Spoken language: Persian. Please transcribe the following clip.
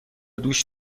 دوش